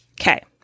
Okay